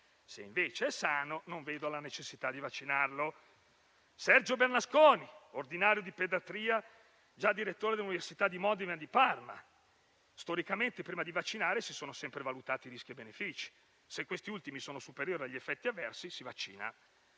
se invece è sano, non vede la necessità di vaccinarlo. Sergio Bernasconi, ordinario di pediatria e già direttore dell'università di Modena e di Parma, dice che storicamente prima di vaccinare si sono sempre valutati i rischi e i benefici e, se questi ultimi sono superiori agli effetti avversi, si vaccina.